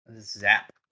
zap